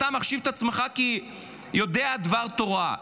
אתה מחשיב את עצמך כיודע דבר תורה,